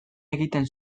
egiten